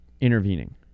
Intervening